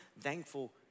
thankful